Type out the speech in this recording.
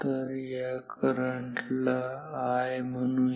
तर या करंट ला I म्हणूया